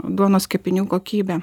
duonos kepinių kokybę